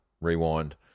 rewind